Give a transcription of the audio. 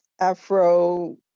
Afro